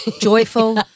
joyful